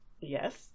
Yes